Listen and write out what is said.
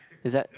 is that